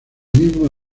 mismo